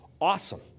awesome